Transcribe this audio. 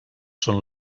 són